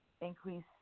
increase